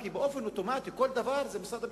כי באופן אוטומטי כל דבר זה משרד הביטחון,